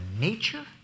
nature